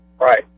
Right